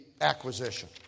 acquisition